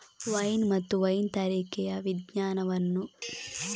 wine ಮತ್ತು wine ತಯಾರಿಕೆಯ ವಿಜ್ಞಾನವನ್ನು ಓನಾಲಜಿ ಎಂದು ಕರೆಯಲಾಗುತ್ತದೆ